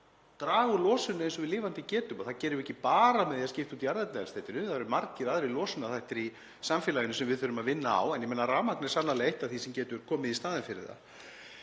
draga úr losun eins og við lifandi getum. Það gerum við ekki bara með því að skipta út jarðefnaeldsneytinu. Það eru margir aðrir losunarþættir í samfélaginu sem við þurfum að vinna á. En rafmagnið er sannarlega eitt af því sem getur komið í staðinn fyrir það.